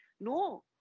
no